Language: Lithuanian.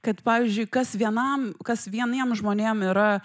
kad pavyzdžiui kas vienam kas vieniem žmonėm yra